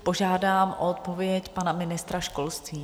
Požádám o odpověď pana ministra školství.